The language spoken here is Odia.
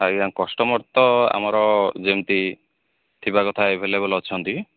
ଆଜ୍ଞା କଷ୍ଟମର୍ ତ ଆମର ଯେମିତି ଥିବା କଥା ଆଭେଲେବଲ୍ ଅଛନ୍ତି